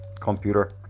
computer